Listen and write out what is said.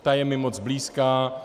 Ta je mi moc blízká.